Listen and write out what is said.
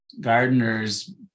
gardeners